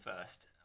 first